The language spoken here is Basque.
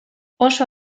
oso